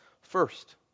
first